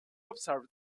observed